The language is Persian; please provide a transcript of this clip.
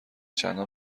چندان